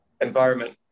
environment